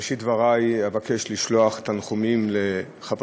בראשית דברי אבקש לשלוח תנחומים לחבר